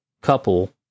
couple